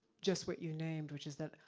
just what you named, which is that,